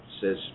says